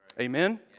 Amen